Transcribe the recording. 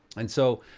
and so,